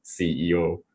CEO